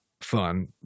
fun